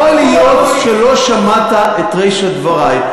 יכול להיות שלא שמעת את רישה דברי.